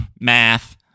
math